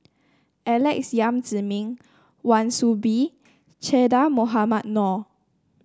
Alex Yam Ziming Wan Soon Bee Che Dah Mohamed Noor